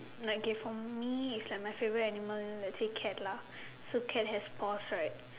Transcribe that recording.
like okay for me it's like my favourite animal let's say cat lah so cat have paws right